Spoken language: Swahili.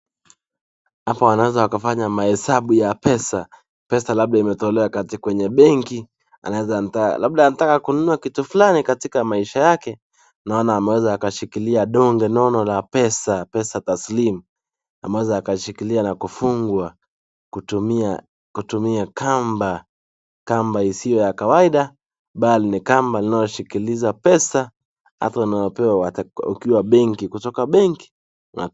Hapa wanaeza kufanya mahesabu ya pesa, pesa labda limetolewa kwenye benki labda anataka kununua kitu fulani kwa maisha yake, naona ameweza kushilikia donge nono la pesa pesa taslimu ameweza kushililia nakufungwa kutumia kamba, kamba isiyo ya kaida, bali ni kamba linalo shikiliza pesa watu wanapewa ukiwa benki kutoka benki.